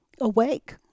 Awake